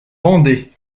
vendée